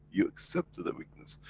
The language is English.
you accepted the weakness.